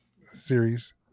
series